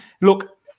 look